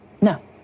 no